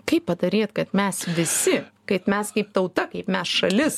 kaip padaryt kad mes visi kaip mes kaip tauta kaip mes šalis